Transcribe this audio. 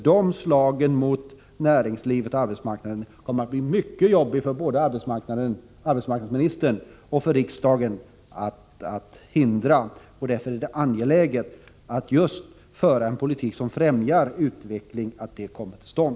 De slagen mot näringslivet och arbetsmarknaden kommer det att bli mycket arbetsamt för både arbetsmarknadsministern och riksdagen att avvärja. Därför är det angeläget att man för en politik som främjar att utvecklingen kommer till stånd.